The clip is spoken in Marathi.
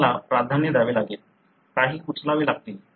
तुम्हाला प्राधान्य द्यावे लागेल काही उचलावे लागतील